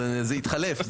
זה התחלף.